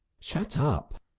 shut up!